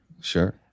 sure